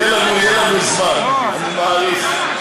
יהיה לנו זמן, אני מעריך.